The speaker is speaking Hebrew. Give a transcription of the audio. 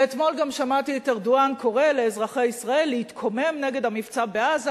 ואתמול גם שמעתי את ארדואן קורא לאזרחי ישראל להתקומם נגד המבצע בעזה,